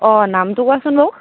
অঁ নামটো কোৱাচোন বাৰু